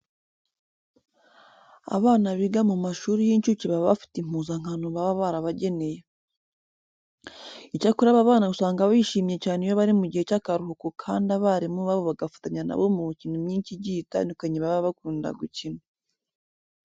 Abana biga mu mashuri y'incuke baba bafite impuzankano baba barabageneye. Icyakora aba bana usanga bishimye cyane iyo bari mu gihe cy'akaruhuko kandi abarimu babo bagafatanya na bo mu mikino myinshi igiye itandukanye baba bakunda gukina.